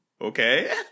Okay